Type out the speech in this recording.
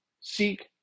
seek